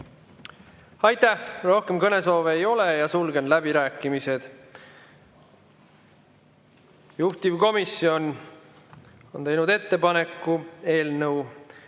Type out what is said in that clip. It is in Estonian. Aitäh! Rohkem kõnesoove ei ole ja sulgen läbirääkimised. Juhtivkomisjon on teinud ettepaneku eelnõu